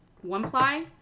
one-ply